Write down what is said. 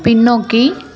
பின்னோக்கி